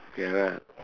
ya